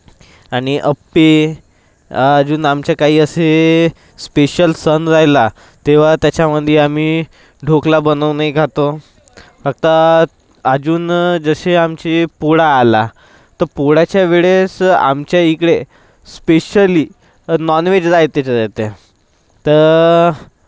आणि आप्पे अजून आमचे काही असे स्पेशल सण राहिला तेव्हा त्याच्यामध्ये आम्ही ढोकळा बनवूनही खातो आता अजून जसे आमचे पोळा आला तर पोळ्याच्या वेळेस आमच्या इकडे स्पेशली नॉनव्हेज राहतेच राहते